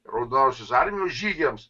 raudonosios armijos žygiams